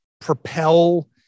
propel